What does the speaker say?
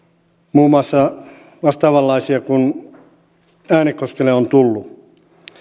muun muassa vastaavanlaisia kuin äänekoskelle on tullut